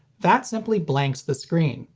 that simply blanks the screen.